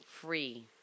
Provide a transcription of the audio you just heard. free